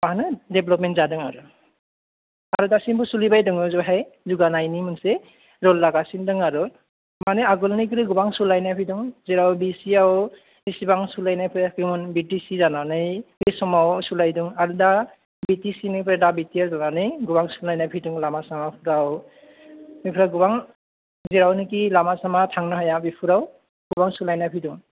माने डेभेलपमेन्ट जादों आरो आरो दासिमबो सोलिबायदों बावहाय जौगानायनि मोनसे रल लागासिन दं आरो माने आगोलनिफ्राय गोबां सोलायनाय फैदों जेराव बेसेयाव जिसिबां सोलायनाय फैयाखैमोन बि टि सि जानानै बे समाव सोलायदों दा बि टि सि निफ्राय दा बि टि आर जानानै गोबां सोलायनाय फैदों लामा सामाफोराव बेनिफ्राय गोबां जेरावनेखि लामा सामा थांनो हाया बेफोराव गोबां सोलायनाय फैदों